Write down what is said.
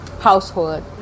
household